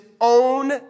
own